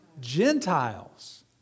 Gentiles